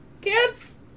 Kids